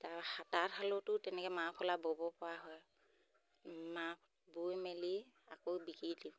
তাপা তাঁতশালতো তেনেকৈ মাফলাৰ ব'ব পৰা হয় মা বৈ মেলি আকৌ বিকি দিওঁ